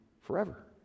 forever